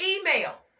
email